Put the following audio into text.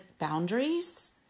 boundaries